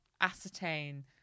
ascertain